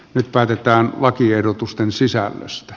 nyt päätetään lakiehdotusten sisällöstä